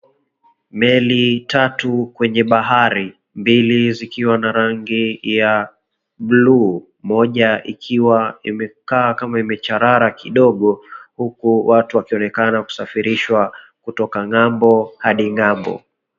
Meli tatu kwenye bahari. Mbili zikiwa na rangi ya blue . Moja ikiwa imekaa kama imecharara kidogo huku watu wakionekana kusafirishwa kutoka ng'ambo hadi ng'ambo.